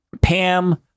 Pam